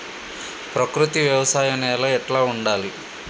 ప్రకృతి వ్యవసాయం నేల ఎట్లా ఉండాలి?